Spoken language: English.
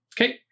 Okay